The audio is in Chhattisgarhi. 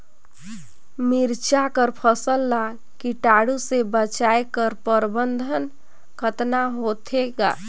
मिरचा कर फसल ला कीटाणु से बचाय कर प्रबंधन कतना होथे ग?